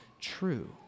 true